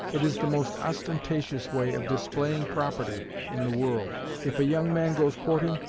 it is the most ostentatious way of displaying property in the world if a young man goes courting,